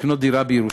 לקנות דירה בירושלים.